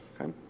Okay